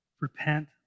repent